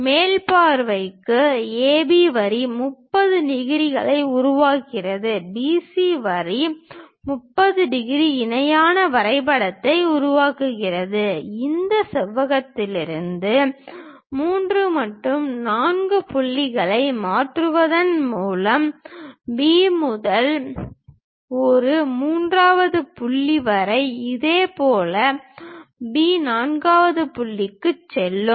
மேல் பார்வைக்கு AB வரி 30 டிகிரியை உருவாக்குகிறது BC வரி 30 டிகிரி இணையான வரைபடத்தை உருவாக்குகிறது இந்த செவ்வகத்திலிருந்து 3 மற்றும் 4 புள்ளிகளை மாற்றுவதன் மூலம் B முதல் இந்த மூன்றாவது புள்ளி வரை இதேபோல் பி நான்காவது புள்ளிக்கு செல்லும்